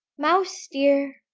mouse dear!